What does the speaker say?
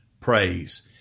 praise